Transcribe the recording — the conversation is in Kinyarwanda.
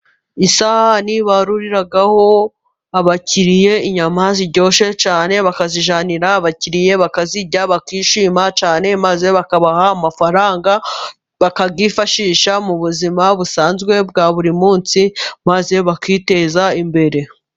Isahani baruriraho abakiriya inyama ziryoshye cyane. Bakazijyanira abakiriya bakazirya bakishima cyane, maze bakabaha amafaranga, bakayifashisha mu buzima busanzwe bwa buri munsi, maze bakiteza imbere.